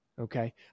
Okay